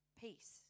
peace